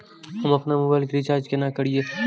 हम आपन मोबाइल के रिचार्ज केना करिए?